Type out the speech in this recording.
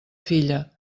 filla